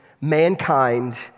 Mankind